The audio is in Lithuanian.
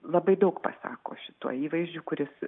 labai daug pasako šituo įvaizdžiu kuris